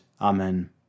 Amen